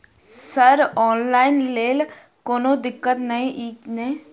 Sir online लैल कोनो दिक्कत न ई नै?